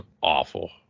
awful